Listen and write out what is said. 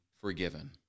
forgiven